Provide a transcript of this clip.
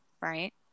right